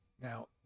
Now